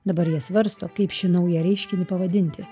dabar jie svarsto kaip šį naują reiškinį pavadinti